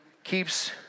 Keeps